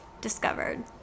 discovered